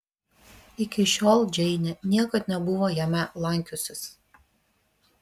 iki šiol džeinė niekad nebuvo jame lankiusis